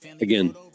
Again